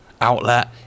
outlet